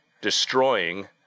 destroying